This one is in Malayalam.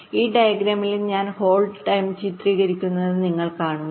ഈ ഡയഗ്രാമിൽ ഞങ്ങൾ ഹോൾഡ് സമയം ചിത്രീകരിച്ചിരിക്കുന്നത് നിങ്ങൾ കാണുന്നു